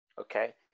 Okay